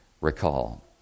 recall